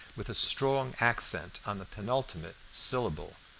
with a strong accent on the penultimate syllable.